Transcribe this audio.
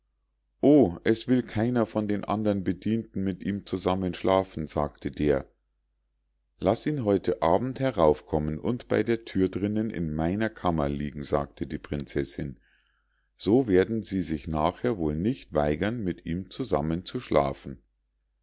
o es will keiner von den andern bedienten mit ihm zusammenschlafen sagte der laß ihn heute abend heraufkommen und bei der thür drinnen in meiner kammer liegen sagte die prinzessinn so werden sie sich nachher wohl nicht weigern mit ihm zusammenzuschlafen